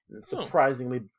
surprisingly